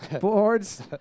Boards